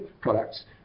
products